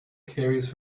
carries